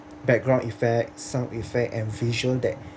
background effect sound effect and visual that